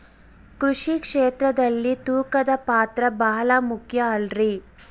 ಕೃಷಿ ಕ್ಷೇತ್ರದಲ್ಲಿ ತೂಕದ ಪಾತ್ರ ಬಹಳ ಮುಖ್ಯ ಅಲ್ರಿ?